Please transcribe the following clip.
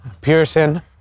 Pearson